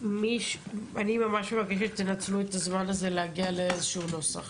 אני ממש מבקשת שתנצלו את הזמן הזה להגיע לאיזשהו נוסח.